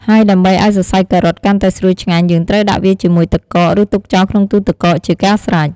ហើយដើម្បីឱ្យសសៃការ៉ុតកាន់តែស្រួយឆ្ងាញ់ យើងត្រូវដាក់វាជាមួយទឹកកក ឬទុកចោលក្នុងទូទឹកកកជាការស្រេច។